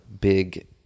big